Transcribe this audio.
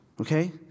okay